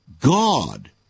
God